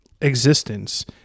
existence